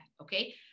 okay